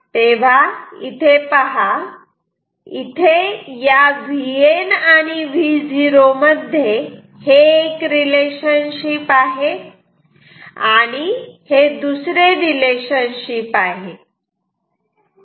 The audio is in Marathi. तर इथे या Vn आणि Vo मध्ये हे एक रिलेशनशिप आहे आणि हे दुसरे रिलेशनशिप आहे